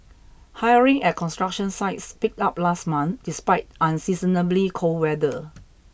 hiring at construction sites picked up last month despite unseasonably cold weather